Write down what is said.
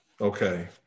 Okay